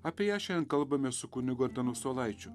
apie ją šiandien kalbame su kunigu antanu saulaičiu